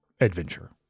adventure